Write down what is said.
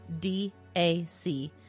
DAC